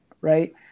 right